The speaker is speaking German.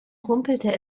rumpelte